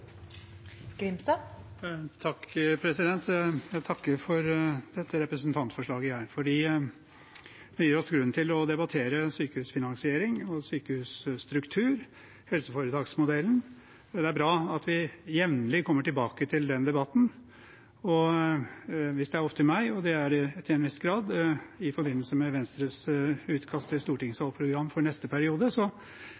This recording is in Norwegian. for dette representantforslaget, for det gir oss grunn til å debattere sykehusfinansiering og sykehusstruktur – helseforetaksmodellen. Det er bra at vi jevnlig kommer tilbake til den debatten, og hvis det er opp til meg – og det er det til en viss grad i forbindelse med Venstres utkast til